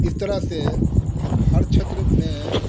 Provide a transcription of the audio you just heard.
इस तरह से हर क्षेत्र में